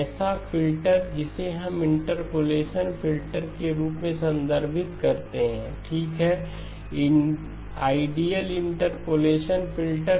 ऐसा फ़िल्टर जिसे हम अपने इंटरपोलेशन फिल्टर के रूप में संदर्भित करते हैं ठीक है आइडियल इंटरपोलेशन फिल्टर